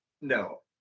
no